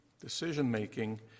decision-making